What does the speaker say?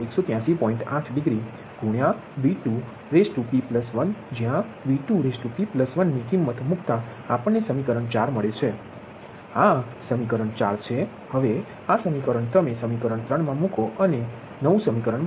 8 degree ગુણ્યા V2p1 જ્યા V2p1 ની કિમત મૂકતા આપણ ને સમીકરણ મળે છે આ સમીકરણ છે હવે આ સમીકરણ તમે સમીકરણ મા મૂકો અને તે નવુ સમીકરણ બનાવે છે